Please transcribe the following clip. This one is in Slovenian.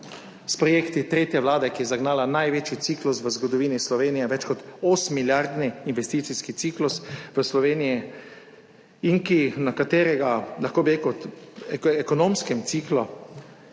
s projekti tretje vlade, ki je zagnala največji ciklus v zgodovini Slovenije, več kot 8-milijardni investicijski ciklus v Sloveniji, na tem ekonomskem ciklu